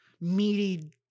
meaty